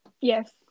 Yes